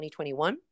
2021